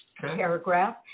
paragraph